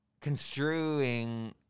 construing